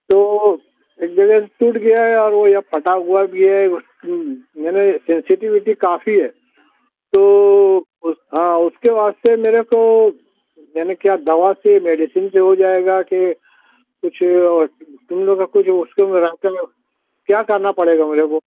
تو ایک جگہ سے ٹوٹ گیا ہے اور وہ یہ پھٹا ہوا بھی ہے اس میں نے سینسٹویٹی کافی ہے تو ہاں اس کے واسطے میرے کو یعنی کیا دوا سے میڈیسن سے ہو جائے گا کہ کچھ تم لوگ کچھ اس کے کیا کرنا پڑے گا میرے کو